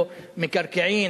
או מקרקעין,